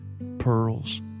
pearls